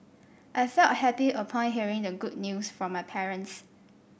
I felt happy upon hearing the good news from my parents